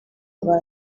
aba